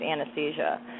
anesthesia